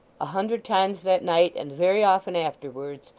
a hundred times that night, and very often afterwards,